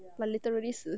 but literally 死